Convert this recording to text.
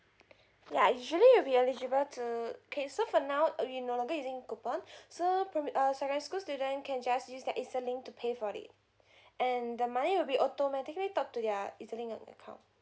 yeah usually it'll be eligible to okay so for now uh we no longer using coupon so proba~ uh secondary student can just use the ezlink to pay for it and the money will be automatically docked to their ezlink account